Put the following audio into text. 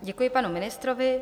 Děkuji panu ministrovi.